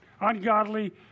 Ungodly